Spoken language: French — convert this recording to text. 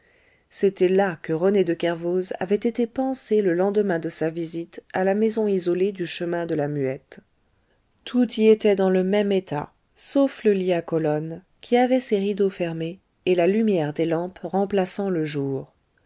c'était là que rené de kervoz avait été pansé le lendemain de sa visite à la maison isolée du chemin de la muette tout y était dans le même état sauf le lit à colonnes qui avait ses rideaux fermés et la lumière des lampes remplaçant le jour